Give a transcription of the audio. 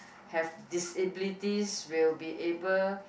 have disabilities will be able